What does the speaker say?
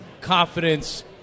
confidence –